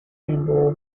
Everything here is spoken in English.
timber